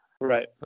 Right